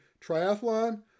Triathlon